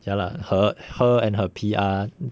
ya lah her her and her P_R